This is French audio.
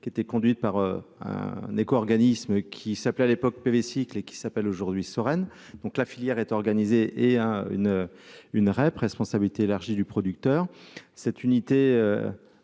qui était conduite par un éco-organisme qui s'appelait à l'époque PV Cycle et qui s'appelle aujourd'hui, sereine, donc, la filière est organisé et à une une REP responsabilité élargie du producteur cette unité